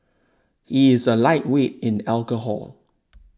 he is a lightweight in alcohol